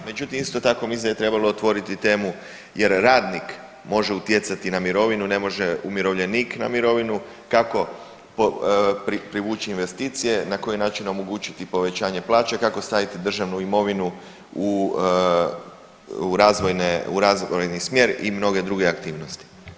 Međutim, isto tako mislim da je trebalo otvoriti temu jer radnik može utjecati na mirovinu, ne može umirovljenik na mirovinu, kako privući investicije, na koji način omogućiti povećanja plaća, kako staviti državnu imovinu u, u razvojne, u razvojni smjer i mnoge druge aktivnosti.